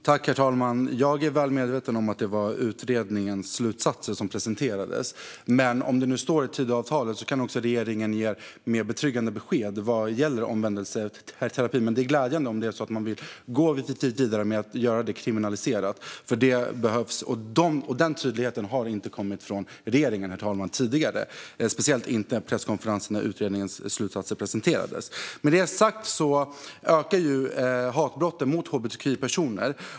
Herr talman! Jag är väl medveten om att det var utredningens slutsatser som presenterades. Men om det nu står i Tidöavtalet kan också regeringen ge mer betryggande besked vad gäller omvändelseterapi. Men det är glädjande om man vill gå vidare med att göra det kriminaliserat. Det behövs. Och denna tydlighet har inte kommit från regeringen tidigare, speciellt inte vid presskonferensen när utredningens slutsatser presenterades. Med detta sagt ökar hatbrotten mot hbtqi-personer.